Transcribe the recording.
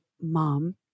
Mom